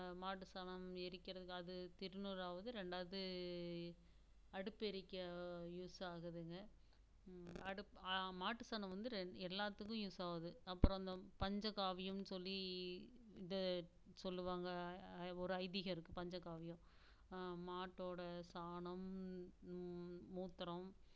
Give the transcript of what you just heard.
மாட்டு சாணம் எரிக்கிறதுக்கு அது திருநூறு ஆகுது ரெண்டாவது அடுப்பு எரிக்க யூஸ் ஆகுதுங்க அடுப் மாட்டு சாணம் வந்து ரெண் எல்லாத்துக்கும் யூஸ் ஆகுது அப்பறம் அந்த பஞ்சகாவியம் சொல்லி இது சொல்லுவாங்கள் ஒரு ஐதீகம் இருக்குது பஞ்சகாவியம் மாட்டோட சாணம் மூ மூத்திரம்